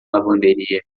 lavanderia